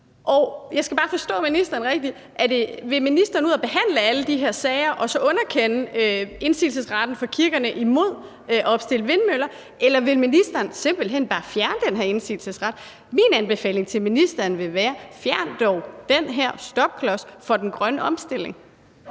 og jeg skal bare forstå ministeren rigtigt: Vil ministeren ud og behandle alle de her sager og så underkende indsigelsesretten for kirkerne i forbindelse med opstilling af vindmøller, eller vil ministeren simpelt hen bare fjerne den her indsigelsesret? Min anbefaling til ministeren vil være: Fjern dog den her stopklods for den grønne omstilling.